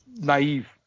naive